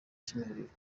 kimihurura